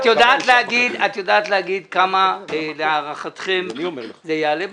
את יודעת להגיד כמה להערכתם זה יעלה בסוף?